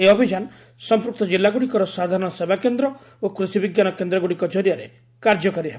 ଏହି ଅଭିଯାନ ସମ୍ପୃକ୍ତ ଜିଲ୍ଲାଗୁଡ଼ିକର ସାଧାରଣ ସେବାକେନ୍ଦ୍ର ଓ କୃଷି ବିଜ୍ଞାନ କେନ୍ଦ୍ରଗୁଡ଼ିକ ଜରିଆରେ କାର୍ଯ୍ୟକାରୀ ହେବ